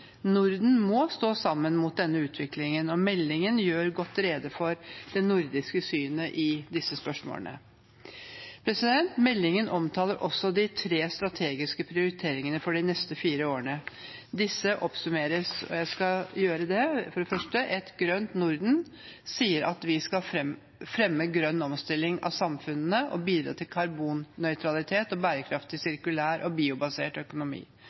Norden må stå sammen mot denne utviklingen, og meldingen gjør godt rede for det nordiske synet i disse spørsmålene. Meldingen omtaler også de tre strategiske prioriteringene for de neste fire årene. Jeg skal oppsummere. For det første: Et grønt Norden sier at vi skal fremme en grønn omstilling av samfunnene og bidra til karbonnøytralitet og bærekraftig sirkulær og biobasert økonomi.